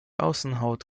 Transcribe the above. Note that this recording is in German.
außenhaut